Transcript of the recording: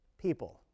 people